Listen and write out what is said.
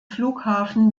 flughafen